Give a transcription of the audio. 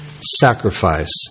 sacrifice